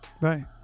Right